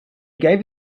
gave